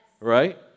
right